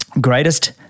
Greatest